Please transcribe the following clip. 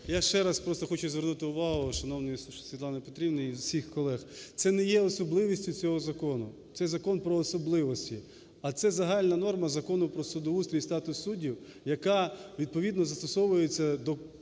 Я ще раз просто хочу звернути увагу шановної Світлани Петрівни і всіх колег, це не є особливістю цього закону, цей закон про особливості, а це загальна норма Закону "Про судоустрій та статус суддів", яка відповідно застосовується до конкурсу